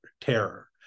terror